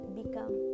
become